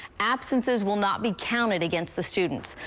absences will not be counted against the student.